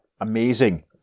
amazing